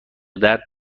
درد